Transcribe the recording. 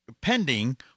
pending